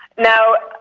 now,